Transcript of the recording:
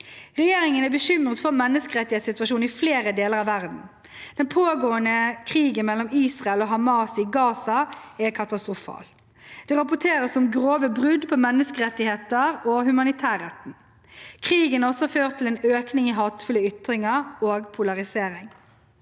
Regjeringen er bekymret for menneskerettighetssituasjonen i flere deler av verden. Den pågående krigen mellom Israel og Hamas i Gaza er katastrofal. Det rapporteres om grove brudd på menneskerettighetene og humanitærretten. Krigen har også ført til en økning i hatefulle ytringer og polarisering.